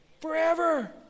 forever